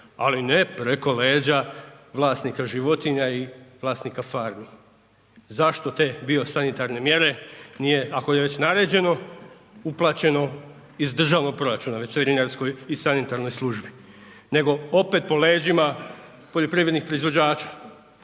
ali ne preko leđa vlasnika životinja i vlasnika farmi. Zašto te bio sanitarne mjere nije, ako je već naređeno, uplaćeno iz državnog proračuna veterinarskoj i sanitarnoj službi, nego opet po leđima poljoprivrednih proizvođača,